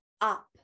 up